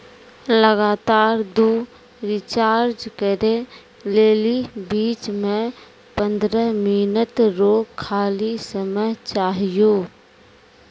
लगातार दु रिचार्ज करै लेली बीच मे पंद्रह मिनट रो खाली समय चाहियो